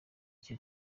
icyo